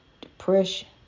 depression